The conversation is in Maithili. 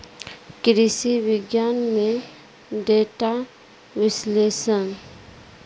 कृषि विज्ञान में डेटा विश्लेषण